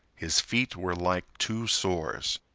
his feet were like two sores.